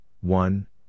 one